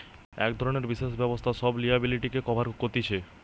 এক ধরণের বিশেষ ব্যবস্থা সব লিয়াবিলিটিকে কভার কতিছে